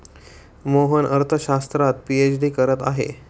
मोहन अर्थशास्त्रात पीएचडी करत आहे